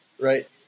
right